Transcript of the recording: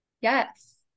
yes